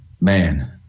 man